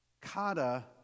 Kata